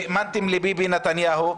-- והאמנתם לביבי נתניהו.